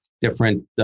different